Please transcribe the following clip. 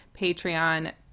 patreon